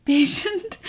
Patient